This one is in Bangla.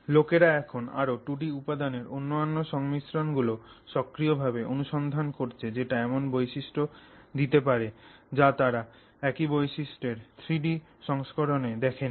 লোকেরা এখন আরও 2 ডি উপাদানের অন্যান্য সংমিশ্রণ গুলো সক্রিয়ভাবে অনুসন্ধান করছে যেটা এমন বৈশিষ্ট্য দিতে পারে যা তারা একই বৈশিষ্ট্যের 3 ডি সংস্করণে দেখেনি